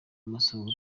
amasohoro